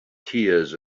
tears